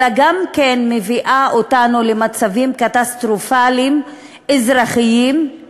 אלא גם מביאה אותנו למצבים קטסטרופליים אזרחיים,